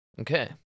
Okay